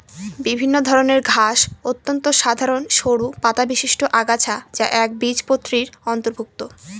বিভিন্ন ধরনের ঘাস অত্যন্ত সাধারন সরু পাতাবিশিষ্ট আগাছা যা একবীজপত্রীর অন্তর্ভুক্ত